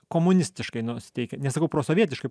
komunistiškai nusiteikę nesakau prosovietiškai